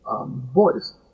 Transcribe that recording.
boys